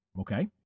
Okay